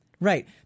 Right